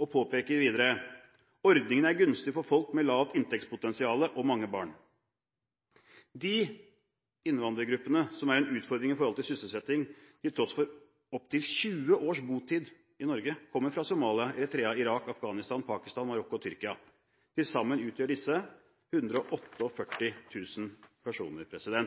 Han sier videre at ordningen er gunstig for folk med lavt inntektspotensial og mange barn. De innvandrergruppene som, til tross for opp til 20 års botid i Norge, er en utfordring med hensyn til sysselsetting, kommer fra Somalia, Eritrea, Irak, Afghanistan, Pakistan, Marokko og Tyrkia. Til sammen utgjør disse